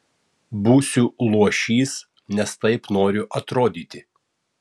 būsiu luošys nes taip noriu atrodyti